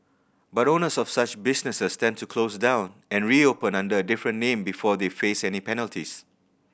but owners of such businesses tend to close down and reopen under a different name before they face any penalties